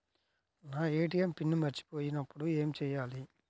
నా ATM PIN మరచిపోయినప్పుడు ఏమి చేయాలి?